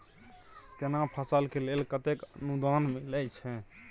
केना फसल के लेल केतेक अनुदान मिलै छै?